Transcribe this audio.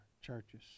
churches